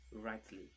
rightly